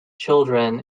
children